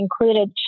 included